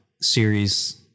series